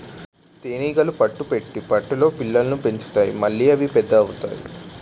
తేనీగలు పట్టు పెట్టి పట్టులో పిల్లల్ని పెంచుతాయి మళ్లీ అవి పెద్ద అవుతాయి